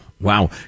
Wow